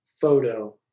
photo